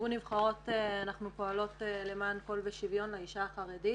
אנחנו פועלות למען קול ושוויון לאישה החרדית.